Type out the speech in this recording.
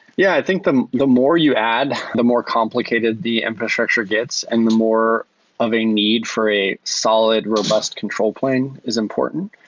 yeah, i think the the more you add, the more complicated the infrastructure gets and the more of a need for a solid robust control plane is important.